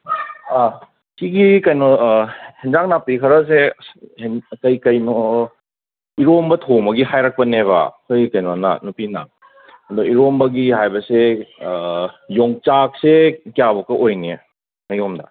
ꯁꯤꯒꯤ ꯀꯩꯅꯣ ꯍꯤꯡꯖꯥꯡ ꯅꯥꯄꯤ ꯈꯔꯁꯦ ꯀꯩ ꯀꯩꯅꯣ ꯏꯔꯣꯝꯕ ꯊꯣꯡꯕꯒꯤ ꯍꯥꯏꯔꯛꯄꯅꯦꯕ ꯑꯩꯈꯣꯏ ꯀꯩꯅꯣꯅ ꯅꯨꯄꯤꯅ ꯑꯗꯣ ꯏꯔꯣꯝꯕꯒꯤ ꯍꯥꯏꯕꯁꯦ ꯌꯣꯡꯆꯥꯛꯁꯦ ꯀꯌꯥꯃꯨꯛꯀ ꯑꯣꯏꯅꯤ ꯃꯌꯣꯝꯗ